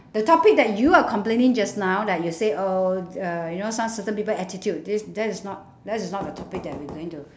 the topic that you are complaining just now like you say oh uh you know some certain people attitude this that is not that's not the topic that we're going to